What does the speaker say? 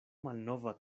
malnova